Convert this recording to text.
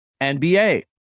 NBA